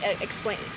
explain